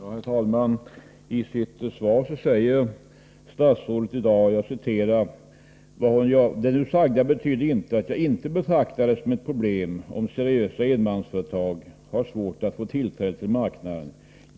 Herr talman! I sitt svar säger statsrådet i dag: ”Det nu sagda betyder inte att jag inte betraktar det som ett problem om seriösa enmansföretag har svårt att få tillträde till marknaden.